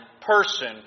person